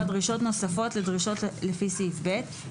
דרישות נוספות לדרישות לפי סעיף קטן (ב),